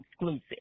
exclusive